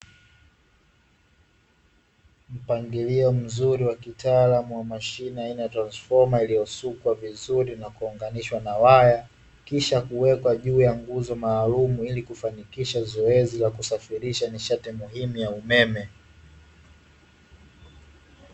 Mpangilio mzuri wa kitaalamu wa mashine aina ya transifoma iliyosukwa vizuri na kuunganishwa na waya, kisha kuwekwa juu ya nguzo maalumu, ili kufanikisha zoezi la kusafirisha nishati muhimu ya umeme.